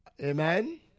Amen